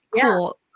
cool